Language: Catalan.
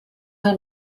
han